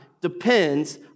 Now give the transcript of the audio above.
depends